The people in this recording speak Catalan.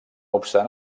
obstant